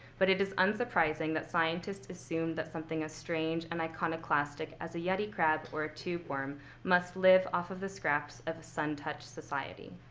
but it is unsurprising that scientists assumed that something as strange and iconoclast as a yeti crab or a tube worm must live off of the scraps of a sun-touched society.